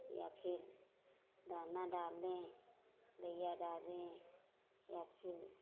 या फिर दाना डालें लइया डालें या फिर